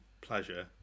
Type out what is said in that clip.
pleasure